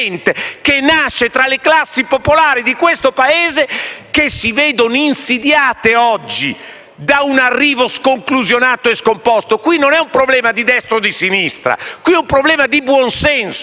razzismo tra le classi popolari di questo Paese che si vedono insidiate dall'arrivo sconclusionato e scomposto dei migranti. Non è un problema di destra o di sinistra, è un problema di buon senso.